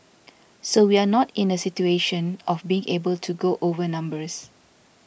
so we are not in the situation of being able to go over numbers